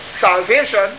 salvation